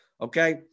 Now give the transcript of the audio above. Okay